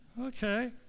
Okay